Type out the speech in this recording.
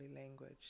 language